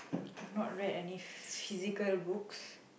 I've not read any physical books